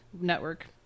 network